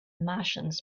martians